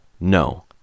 No